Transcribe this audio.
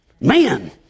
Man